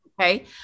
Okay